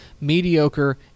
mediocre